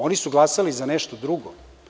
Oni su glasali za nešto drugo.